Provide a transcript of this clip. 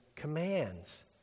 commands